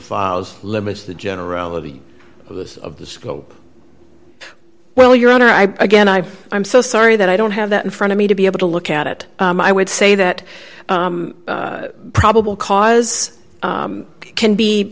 files limits the generality of the scope well your honor i again i i'm so sorry that i don't have that in front of me to be able to look at it i would say that probable cause can be